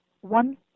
one